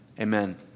Amen